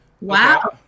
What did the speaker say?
Wow